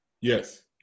Yes